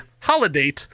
holiday